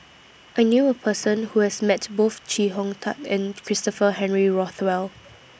I knew A Person Who has Met Both Chee Hong Tat and Christopher Henry Rothwell